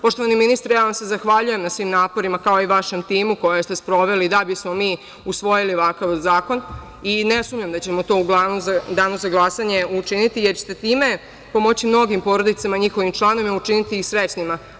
Poštovani ministre, ja vam se zahvaljujem na svim naporima, kao i vašem timu, koje ste sproveli da bismo mi usvojili ovakav zakon i ne sumnjam da ćemo to u danu za glasanje učiniti, jer ćete time pomoći mnogim porodicama i njihovim članovima i učiniti ih srećnima.